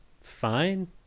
fine